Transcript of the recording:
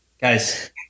Guys